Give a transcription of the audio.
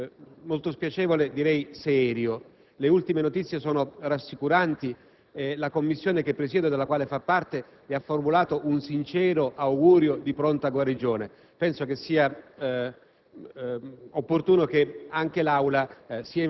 ha subito un incidente molto spiacevole, direi serio, ma le ultime notizie sono rassicuranti. La Commissione che presiedo, e della quale egli fa parte, gli ha formulato un sincero augurio di pronta guarigione. Ritengo opportuno